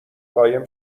قایم